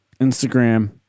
Instagram